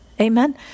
Amen